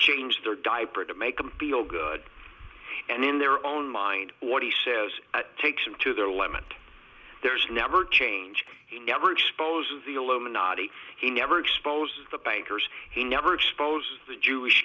changed their diaper to make them feel good and in their own mind what he says takes them to their limit there's never change he never exposes the illuminati he never exposes the bankers he never exposes the jewish